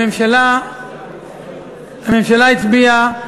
הממשלה הצביעה